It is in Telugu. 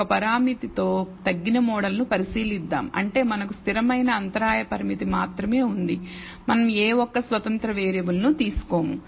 ఒక పరామితితో తగ్గిన మోడల్ను పరిశీలిద్దాం అంటే మనకు స్థిరమైన అంతరాయ పరామితి మాత్రమే ఉంది మనం ఏ ఒక్క స్వతంత్ర వేరియబుల్ ను తీసుకోము